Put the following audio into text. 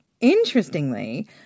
Interestingly